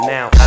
Now